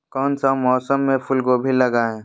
कौन सा मौसम में फूलगोभी लगाए?